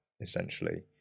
essentially